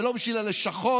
ולא בשביל הלשכות,